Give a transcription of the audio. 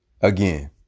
Again